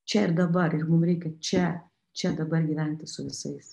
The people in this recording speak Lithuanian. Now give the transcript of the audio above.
čia ir dabar ir mum reikia čia čia dabar gyventi su visais